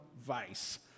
vice